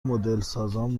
مدلسازان